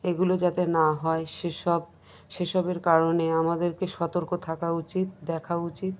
এগুলো যাতে না হয় সে সব সে সবের কারণে আমাদেরকে সতর্ক থাকা উচিত দেখা উচিত